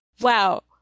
wow